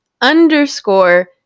underscore